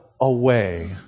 away